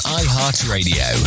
iHeartRadio